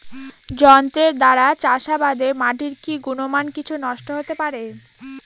যন্ত্রের দ্বারা চাষাবাদে মাটির কি গুণমান কিছু নষ্ট হতে পারে?